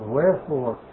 Wherefore